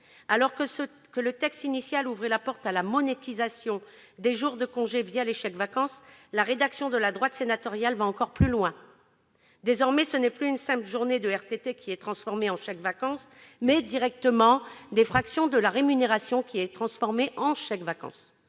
Alors que le texte initial ouvrait la porte à la monétisation des jours de congé les chèques-vacances, la rédaction de la droite sénatoriale va encore plus loin. Désormais, ce n'est plus une simple journée de RTT qui est transformée en chèques-vacances, mais c'est directement une fraction de la rémunération. Alors que le